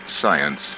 science